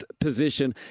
position